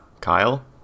Kyle